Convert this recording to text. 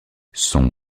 son